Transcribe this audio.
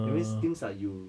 that means things like you